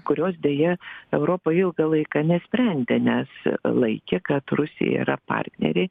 kurios deja europa ilgą laiką nesprendė nes laikė kad rusija yra partnerė